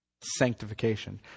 sanctification